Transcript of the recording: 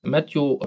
Matthew